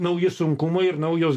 nauji sunkumai ir naujos